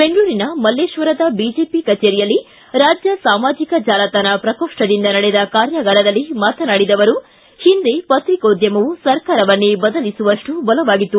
ಬೆಂಗಳೂರಿನ ಮಲ್ಲೇತ್ವರದ ಬಿಜೆಪಿ ಕಚೇರಿಯಲ್ಲಿ ರಾಜ್ಯ ಸಾಮಾಜಿಕ ಜಾಲತಾಣ ಪ್ರಕೋಷ್ಠದಿಂದ ನಡೆದ ಕಾರ್ಯಾಗಾರದಲ್ಲಿ ಮಾತನಾಡಿದ ಅವರು ಹಿಂದೆ ಪತ್ರಿಕೋದ್ಯಮವು ಸರ್ಕಾರವನ್ನೇ ಬದಲಿಸುವಷ್ಟು ಬಲವಾಗಿತ್ತು